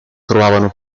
trovavano